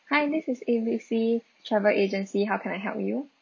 hi this is A B C travel agency how can I help you